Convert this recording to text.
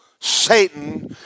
Satan